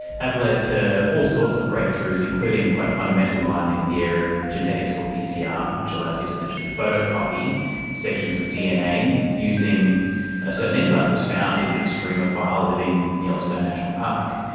have led to all sorts of breakthroughs, including quite a fundamental one in the area of genetics called pcr which allows you to essentially photocopy sections of dna using a certain enzyme that was found in an extremophile living in yellowstone national park.